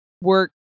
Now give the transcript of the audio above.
work